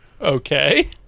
Okay